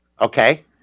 okay